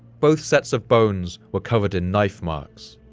both sets of bones were covered in knife marks,